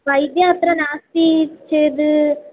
वैद्यः अत्र नास्ति चेत्